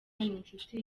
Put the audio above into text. n’inshuti